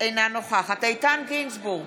אינה נוכחת איתן גינזבורג,